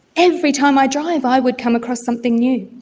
every time i drive i would come across something new.